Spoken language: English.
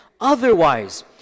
Otherwise